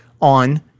on